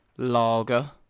Lager